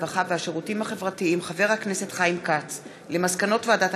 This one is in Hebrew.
הרווחה והשירותים החברתיים חיים כץ על מסקנות ועדת